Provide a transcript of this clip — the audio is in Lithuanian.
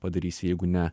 padarysi jeigu ne